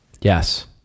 Yes